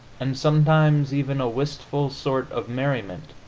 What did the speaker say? and sometimes even a wistful sort of merriment,